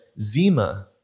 Zima